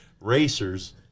racers